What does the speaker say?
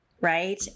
right